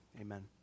Amen